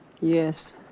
Yes